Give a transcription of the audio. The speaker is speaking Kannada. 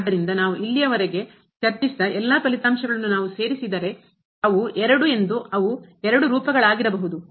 ಆದ್ದರಿಂದ ನಾವು ಇಲ್ಲಿಯವರೆಗೆ ಚರ್ಚಿಸಿದ ಎಲ್ಲ ಫಲಿತಾಂಶಗಳನ್ನು ನಾವು ಸೇರಿಸಿದರೆ ಅವು ಎರಡು ಎಂದು ಅವು ಎರಡು ರೂಪಗಳಾಗಿರಬಹುದು